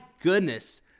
goodness